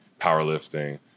powerlifting